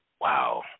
Wow